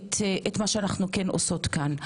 את מה שאנו כן עושות כאן.